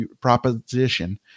proposition